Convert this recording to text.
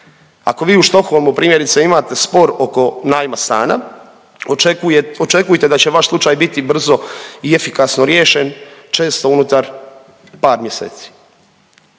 ako vi u Stockholmu primjerice imate spor oko najma stana očekujte da će vaš slučaj biti brzo i efikasno riješen često unutar par mjeseci.